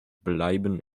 bleiben